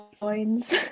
coins